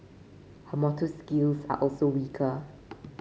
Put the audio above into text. her motor skills are also weaker